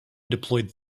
deployed